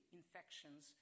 infections